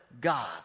God